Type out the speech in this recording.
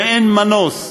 ואין מנוס,